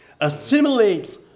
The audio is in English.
assimilates